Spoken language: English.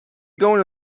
going